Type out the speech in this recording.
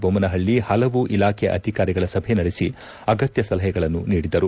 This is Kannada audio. ಬೊಮ್ಟನಹಳ್ಳಿ ಹಲವು ಇಲಾಖೆ ಅಧಿಕಾರಿಗಳ ಸಭೆ ನಡೆಸಿ ಅಗತ್ಯ ಸಲಹೆಗಳನ್ನು ನೀಡಿದರು